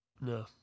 no